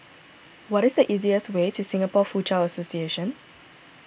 what is the easiest way to Singapore Foochow Association